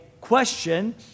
question